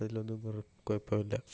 അതിലൊന്നും കൊഴ് കുഴപ്പമില്ല